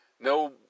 no